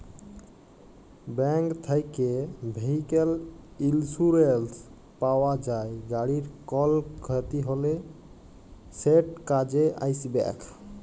bank থ্যাকে vehicle insurance পাউয়া যায়, গাড়ির কল খ্যতি হ্যলে সেট কাজে আইসবেক